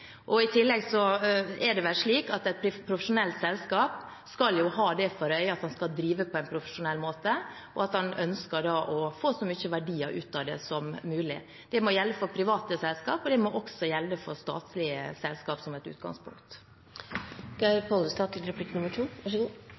I tillegg er det vel slik at et profesjonelt selskap skal ha det for øye at en skal drive på en profesjonell måte, og at man ønsker å få så mye verdi ut av det som mulig. Det må gjelde for private selskap, og det må også gjelde for statlige selskap som et utgangspunkt. Jeg takker for svaret, men er litt undrende. Hvis Statskog gjør den vurderingen at hvis en selger en stor eiendom, så